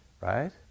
right